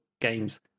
games